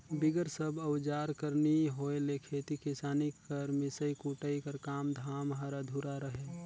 बिगर सब अउजार कर नी होए ले खेती किसानी कर मिसई कुटई कर काम धाम हर अधुरा रहें